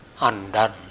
undone